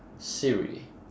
siri